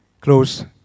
close